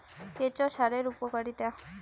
কেঁচো সারের উপকারিতা?